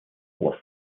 was